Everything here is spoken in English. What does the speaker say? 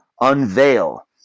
unveil